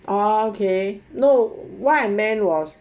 oh okay no what I meant was